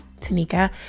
tanika